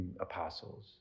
apostles